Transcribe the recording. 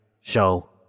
show